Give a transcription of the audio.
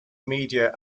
media